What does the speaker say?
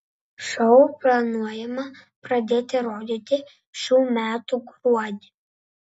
šou planuojama pradėti rodyti šių metų gruodį